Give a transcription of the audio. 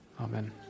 Amen